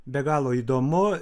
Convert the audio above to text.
be galo įdomu